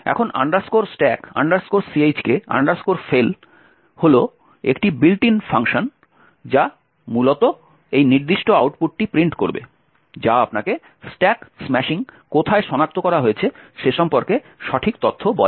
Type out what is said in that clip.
এখন stack chk fail হল একটি বিল্ট ইন ফাংশন যা মূলত এই নির্দিষ্ট আউটপুটটি প্রিন্ট করবে যা আপনাকে স্ট্যাক স্ম্যাশিং কোথায় সনাক্ত করা হয়েছে সে সম্পর্কে সঠিক তথ্য বলে